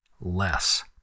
less